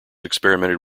experimented